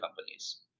companies